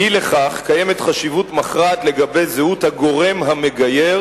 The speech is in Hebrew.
אי לכך קיימת חשיבות מכרעת לגבי זהות הגורם המגייר